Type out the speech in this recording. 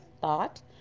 thought